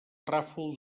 ràfol